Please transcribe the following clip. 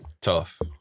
Tough